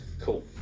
Cool